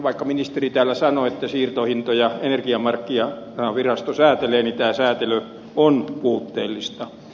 vaikka ministeri täällä sanoi että siirtohintoja energiamarkkinavirasto säätelee säätely on puutteellista